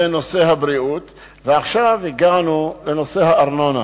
ונושא הבריאות, ועכשיו הגענו לנושא הארנונה.